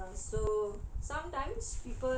err so sometimes